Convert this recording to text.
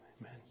Amen